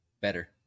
Better